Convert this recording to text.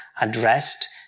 addressed